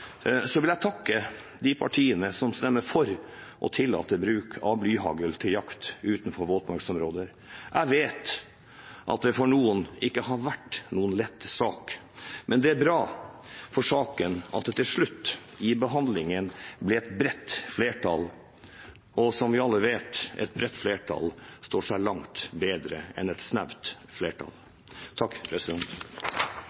vil jeg takke de partiene som stemmer for å tillate bruk av blyhagl til jakt utenfor våtmarksområder. Jeg vet at det for noen ikke har vært noen lett sak. Men det er bra for saken at det til slutt i behandlingen ble et bredt flertall, og som vi alle vet – et bredt flertall står seg langt bedre enn et snaut flertall.